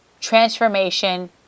Transformation